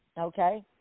okay